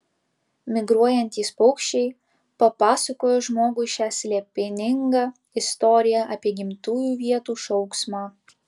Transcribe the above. migruojantys paukščiai papasakojo žmogui šią slėpiningą istoriją apie gimtųjų vietų šauksmą